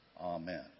amen